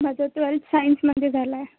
माझं ट्वेल्थ सायन्समध्ये झालं आहे